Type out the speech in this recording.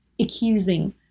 accusing